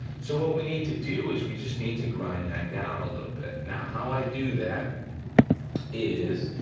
so what we need to do is we just need to grind that down a little bit. now how i do that is,